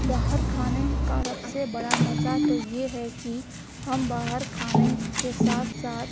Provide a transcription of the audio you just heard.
باہر کھانے کا سب سے بڑا مزہ تو یہ ہے کہ ہم باہر کھانے کے ساتھ ساتھ